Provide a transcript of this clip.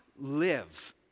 live